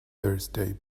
thursday